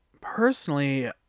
Personally